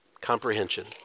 comprehension